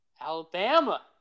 Alabama